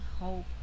Hope